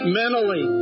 mentally